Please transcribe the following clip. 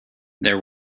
there